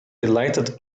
delighted